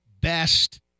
best